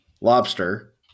lobster